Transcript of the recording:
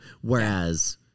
Whereas